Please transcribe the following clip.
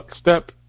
step